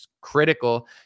critical